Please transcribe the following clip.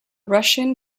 russian